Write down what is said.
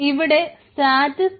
ഇവിടെ സ്റ്റാറ്റസ്